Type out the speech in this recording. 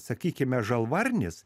sakykime žalvarinis